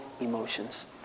emotions